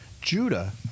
Judah